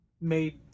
made